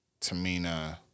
Tamina